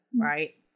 Right